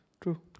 True